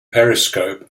periscope